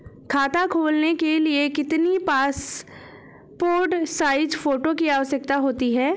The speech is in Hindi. खाता खोलना के लिए कितनी पासपोर्ट साइज फोटो की आवश्यकता होती है?